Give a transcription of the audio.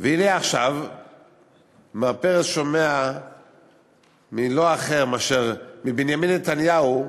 והנה עכשיו מר פרס שומע מלא אחר מאשר בנימין נתניהו,